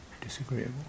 Disagreeable